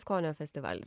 skonio festivalis